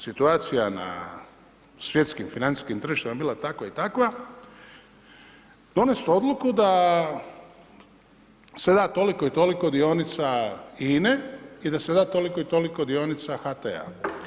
Situacija na svjetskim financijskim tržištima je bila takva i takva, donijet odluku da se da toliko i toliko dionica INA-e i da se da toliko i toliko dionica HT-a.